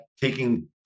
taking